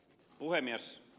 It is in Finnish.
puhemies